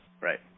Right